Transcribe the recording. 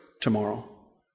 tomorrow